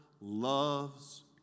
loves